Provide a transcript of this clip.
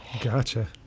gotcha